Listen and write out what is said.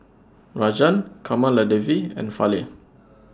Rajan Kamaladevi and Fali